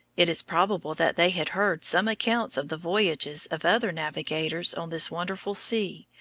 it is probable that they had heard some accounts of the voyages of other navigators on this wonderful sea,